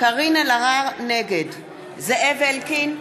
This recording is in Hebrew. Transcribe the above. נגד זאב אלקין,